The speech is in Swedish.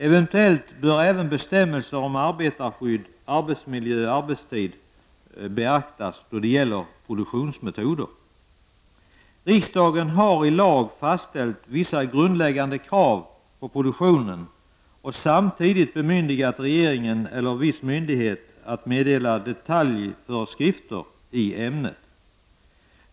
Eventuellt bör även bestämmelser om arbetarskydd, arbetsmiljö och arbetstid beaktas då det gäller produktionsmetoder. Riksdagen har i lag fastställt vissa grundläggande krav på produktionen och samtidigt bemyndigat regeringen eller viss myndighet att meddela detaljföreskrifter i ämnet.